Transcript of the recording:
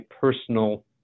personal